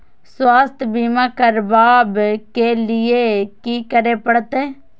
स्वास्थ्य बीमा करबाब के लीये की करै परतै?